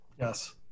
Yes